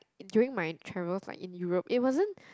during my travels like in Europe it wasn't